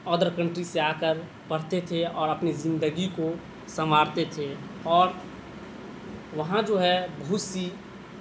other country سے آ کر پڑھتے تھے اور اپنی زندگی کو سنوارتے تھے اور وہاں جو ہے بہت سی